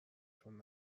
چون